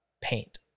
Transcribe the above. paint